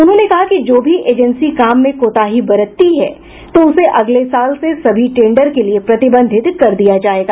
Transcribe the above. उन्होंने कहा कि जो भी एजेंसी काम में कोताही बरतती है तो उसे अगले साल से सभी टेंडर के लिये प्रतिबंधित कर दिया जायेगा